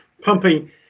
pumping